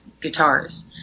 guitars